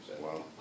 Wow